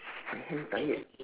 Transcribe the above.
my hand tired